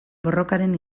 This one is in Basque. borrokaren